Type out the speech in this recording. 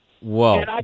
Whoa